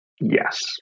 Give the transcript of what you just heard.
yes